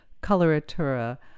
coloratura